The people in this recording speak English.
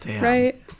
right